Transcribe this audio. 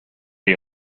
est